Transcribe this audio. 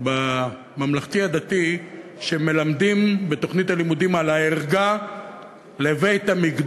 שבממלכתי-הדתי מלמדים בתוכנית הלימודים על הערגה לבית-המקדש.